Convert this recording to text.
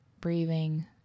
breathing